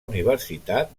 universitat